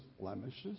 blemishes